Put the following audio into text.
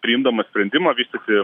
priimdamas sprendimą vystyti